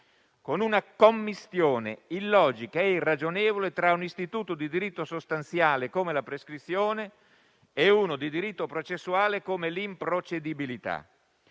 con una commistione illogica e irragionevole tra un istituto di diritto sostanziale come la prescrizione e uno di diritto processuale come l'improcedibilità.